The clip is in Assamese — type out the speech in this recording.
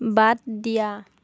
বাত দিয়া